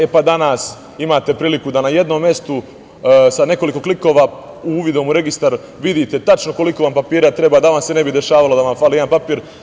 E, pa, danas imate priliku da na jednom mestu sa nekoliko klikova uvidom u registar vidite tačno koliko vam papira treba, da vam se ne bi dešavalo da vam fali jedan papir.